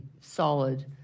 solid